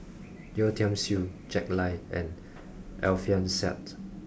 Yeo Tiam Siew Jack Lai and Alfian Sa'at